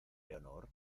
leonor